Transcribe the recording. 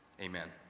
Amen